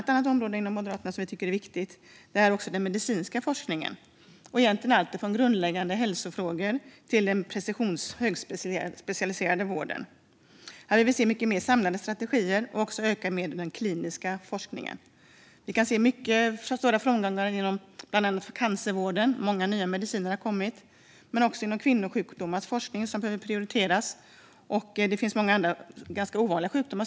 Ett annat område Moderaterna tycker är viktigt är medicinsk forskning, i allt från grundläggande hälsofrågor till högspecialiserad vård. Vi vill se fler samlade strategier och ökad klinisk forskning. Vi kan se framgångar inom bland annat cancervården i och med att många nya mediciner har kommit. Det gäller även många ganska ovanliga sjukdomar.